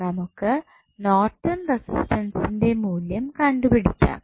നമുക്ക് നോർട്ടൺ റസ്റ്റൻറ്സ്ന്റെ മൂല്യം കണ്ടുപിടിക്കാം